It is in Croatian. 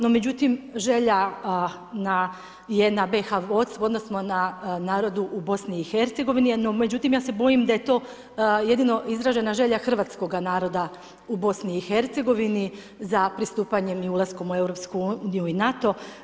No međutim, želja je na BiH vodstvu odnosno na narodu u BiH, no međutim ja se bojim da je to izražena želja hrvatskoga naroda u BiH za pristupanjem i ulaskom u EU i NATO.